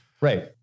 Right